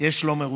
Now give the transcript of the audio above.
יש לא מרוצים.